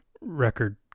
Record